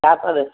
சாப்பாடு அரிசி